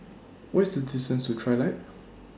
What IS The distance to Trilight